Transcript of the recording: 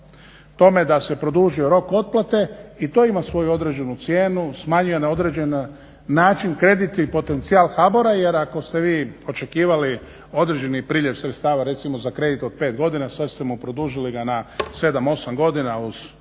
tome da se produžuje rok otplate i to ima svoju određenu cijenu, smanjuje na određeni način kredit i potencijal HBOR-a jer ako ste vi očekivali određeni priljev sredstava recimo za kredit od 5 godina sad ste mu produžili ga na 7, 8 godina uz dvije